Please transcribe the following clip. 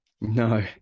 no